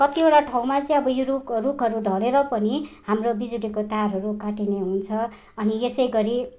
कतिवटा ठाउँमा चाहिँ यो रुख रुखहरू ढलेर पनि हाम्रो बिजुलीको तारहरू काटिने हुन्छ अनि यसै गरी